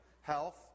health